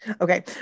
Okay